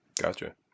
Gotcha